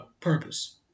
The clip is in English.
purpose